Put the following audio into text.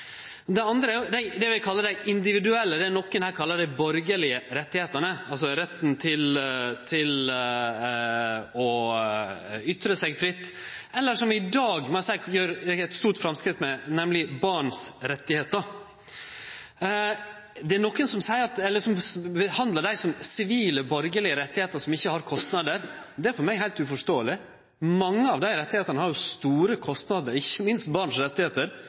Det andre vil eg kalle dei individuelle rettane. Nokon her kallar dei dei borgarlege rettane, altså retten til å ytre seg fritt eller det vi i dag gjer eit stort framskritt med, nemleg barn sine rettar. Det er nokon som behandlar dei som sivile, borgarlege rettar som ikkje har kostnader. Det er heilt uforståeleg for meg. Mange av dei rettane – ikkje minst barn sine rettar – har jo store kostnader